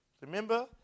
Remember